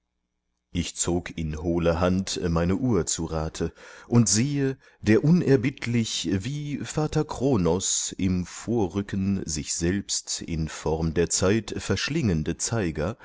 ich zog in hohler hand meine uhr zu rate und siehe der unerbittlich wie vater kronos im vorrücken sich selbst in form der zeit verschlingende zeiger